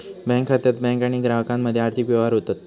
bank खात्यात bank आणि ग्राहकामध्ये आर्थिक व्यवहार होतत